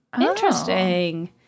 Interesting